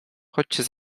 chodźcie